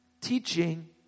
Teaching